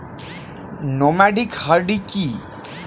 Nomadic হার্ডি কি?